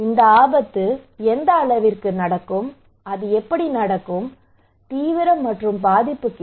இந்த ஆபத்து எந்த அளவிற்கு நடக்கும் அது எப்படி நடக்கும் தீவிரம் மற்றும் பாதிப்பு கேள்வி